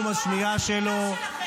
הוא לא יגיע לזה.